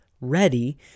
ready